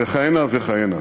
וכהנה וכהנה.